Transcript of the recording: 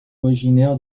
originaire